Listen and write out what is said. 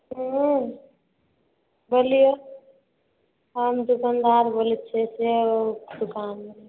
hello बोलिए हम दुकानदार बोलैत छियै से दुकान बला